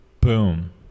Boom